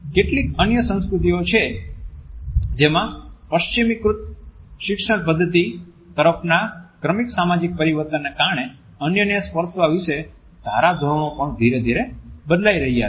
કેટલીક અન્ય સંસ્કૃતિઓ છે જેમાં પશ્ચિમીકૃત શિક્ષણ પદ્ધતિ તરફના ક્રમિક સામાજિક પરિવર્તનને કારણે અન્યને સ્પર્શવા વિશેના ધારાધોરણ પણ ધીરે ધીરે બદલાઈ રહ્યા છે